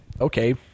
okay